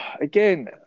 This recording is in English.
Again